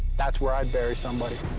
that's where i'd bury somebody.